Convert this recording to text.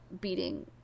beating